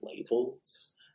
labels